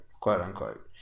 quote-unquote